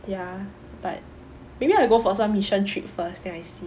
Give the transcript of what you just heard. ya but maybe I go for some mission trips first then I see